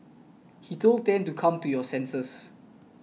he told Tan to come to your senses